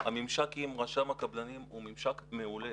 הממשק עם רשם הקבלנים הוא ממשק מעולה.